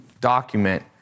document